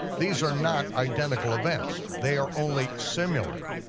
these are not identical events, they are only similar.